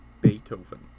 Beethoven